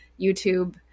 YouTube